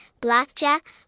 blackjack